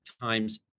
times